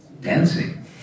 dancing